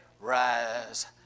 Rise